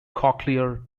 cochlear